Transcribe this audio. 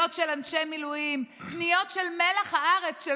פניות של אנשי מילואים,